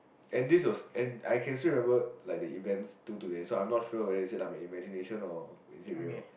and this was and I can still remember like the events till today so I'm not sure whether is it like my imagination or is it real